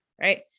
Right